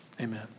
Amen